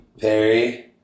Perry